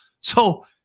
so-